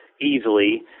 easily